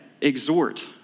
exhort